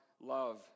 love